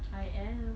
I am